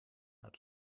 hat